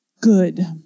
Good